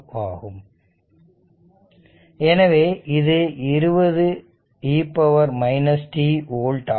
ஆகும் எனவே இது 20 e t ஓல்ட் ஆகும்